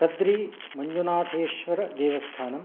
तत्रीमञ्जूनाथेश्वरदेवस्थानं